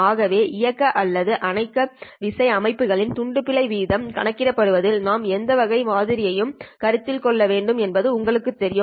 ஆகவே இயக்க அல்லது அணைக்க விசை அமைப்புகளின் துண்டு பிழை வீதம் கணக்கிடுவதில் நாம் எந்த வகையான மாதிரியை கருத்தில் கொள்ள வேண்டும் என்பது உங்களுக்குத் தெரியும்